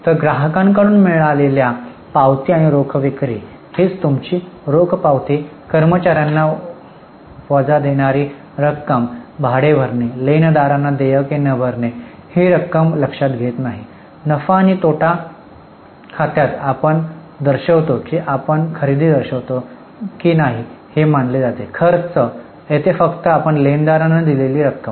तर ग्राहकांकडून मिळालेल्या पावती आणि रोख विक्री हीच तुमची रोख पावती कर्मचार्यांना वजा देणारी रक्कम भाडे भरणे लेनदारांना देयके न भरणे ही रक्कम लक्षात घेत नाही नफा आणि तोटा खात्यात आपण आपण दर्शवतो की आपण खरेदी दर्शवतो की नाही हे मानले जाते खर्च येथे फक्त आपण लेनदारांना दिलेली रक्कम